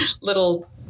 little